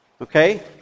Okay